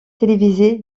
télévisé